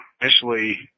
initially